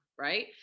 Right